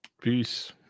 Peace